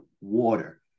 water